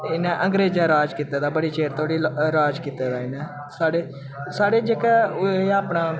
इ'नें अंगरेजें राज कीते दा बड़े चिर धोड़ी राज कीते दा इ'नें स्हाड़े स्हाड़े जेह्के ओह् ऐ अपना